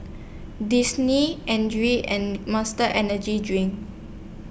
Disney Andre and Monster Energy Drink